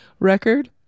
Record